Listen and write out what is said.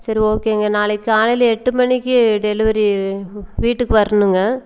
சரி ஓகேங்க நாளைக்கு காலையில் எட்டு மணிக்கு டெலிவரி வீட்டுக்கு வரணுங்க